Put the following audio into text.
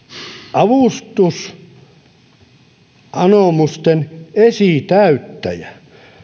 avustusanomusten esitäyttäjä